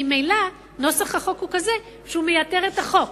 ממילא נוסח החוק הוא כזה שהוא מייתר את החוק.